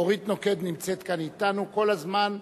אורית נוקד נמצאת כאן אתנו כל הזמן.